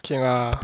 okay lah